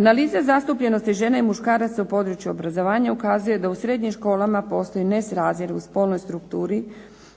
Analize zastupljenosti žena i muškaraca u području obrazovanja ukazuje da u srednjim školama postoji nesrazmjer u spolnoj strukturi,